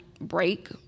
break